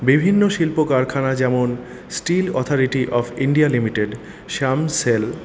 বিভিন্ন শিল্প কারখানা যেমন steel authority of India limited সামসেল